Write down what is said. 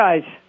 guys